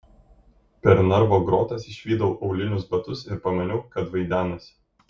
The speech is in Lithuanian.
per narvo grotas išvydau aulinius batus ir pamaniau kad vaidenasi